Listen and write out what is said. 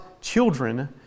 children